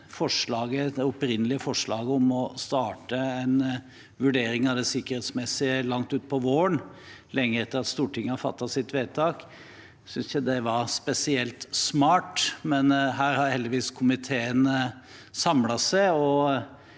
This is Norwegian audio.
det opprinnelige forslaget om å starte en vurdering av det sikkerhetsmessige langt utpå våren, lenge etter at Stortinget har fattet sitt vedtak, synes jeg ikke det var spesielt smart. Her har heldigvis komiteen samlet seg,